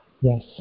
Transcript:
Yes